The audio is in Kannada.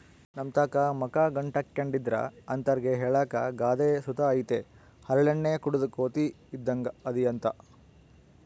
ನಮ್ತಾಕ ಮಕ ಗಂಟಾಕ್ಕೆಂಡಿದ್ರ ಅಂತರ್ಗೆ ಹೇಳಾಕ ಗಾದೆ ಸುತ ಐತೆ ಹರಳೆಣ್ಣೆ ಕುಡುದ್ ಕೋತಿ ಇದ್ದಂಗ್ ಅದಿಯಂತ